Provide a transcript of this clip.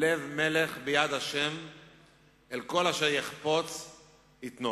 "לב מלך ביד ה' על כל אשר יחפץ יטנו".